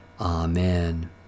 Amen